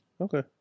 Okay